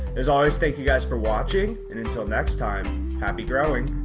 as always thank you guys for watching and until next time happy growing!